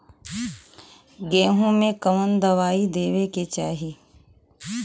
गेहूँ मे कवन दवाई देवे के चाही?